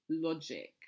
logic